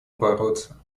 бороться